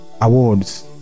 awards